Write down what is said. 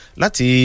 lati